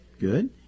good